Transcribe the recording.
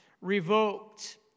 revoked